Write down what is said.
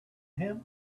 him